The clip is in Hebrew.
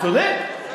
הבנו.